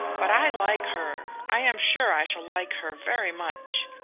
but i like her i am sure i shall like her very much.